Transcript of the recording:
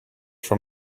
from